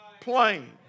plane